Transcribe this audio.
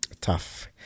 Tough